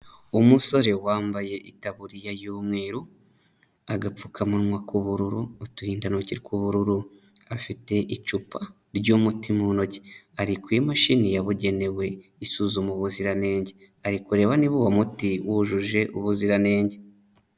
Umusore wambaye itaburiya y'umweru agapfukamunwa k'ubururu uturindantoki tw'ubururu afite icupa ry'umuti muntoki, ari ku imashini yabugenewe isuzuma ubuziranenge arikureba niba uwo muti wujuje ubuziranenge.